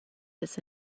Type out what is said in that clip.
this